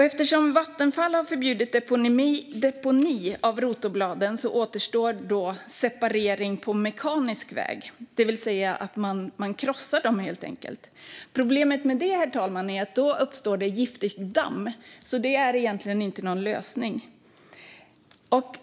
Eftersom Vattenfall har förbjudit deponering av rotorbladen återstår separering på mekanisk väg, det vill säga att man helt enkelt krossar dem. Problemet med det, herr talman, är att det då uppstår ett giftigt damm. Det är alltså egentligen inte någon lösning.